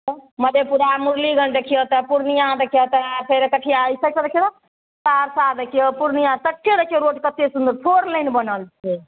मधेपुरा मुरलीगंज देखियौ तऽ पूर्णिया देखियौ तऽ फेर कठिआ ई सब देखियौ तऽ सहरसा देखियौ पूर्णिया तक देखियौ रोड कते सुन्दर फोर लाइन बनल छै